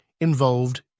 involved